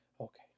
Okay